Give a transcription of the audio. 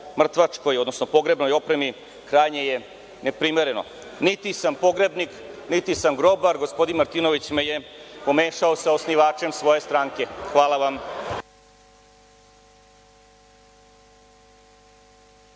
mrtvačkoj, odnosno pogrebnoj opremi krajnje je neprimereno. Niti sam pogrebnik, niti sam grobar. Gospodin Martinović me je pomešao sa osnivačem svoje stranke. Hvala vam.